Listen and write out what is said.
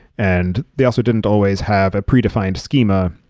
and they also didn't always have a predefined schema.